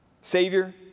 Savior